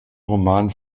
romanen